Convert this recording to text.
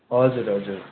हजुर हजुर